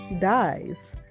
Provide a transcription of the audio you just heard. dies